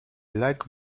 like